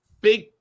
big